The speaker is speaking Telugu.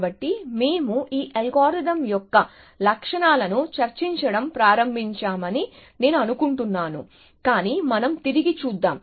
కాబట్టి మేము ఈ అల్గోరిథం యొక్క లక్షణాలను చర్చించటం ప్రారంభించామని నేను అనుకుంటున్నాను కాని మనం తిరిగి చూద్దాం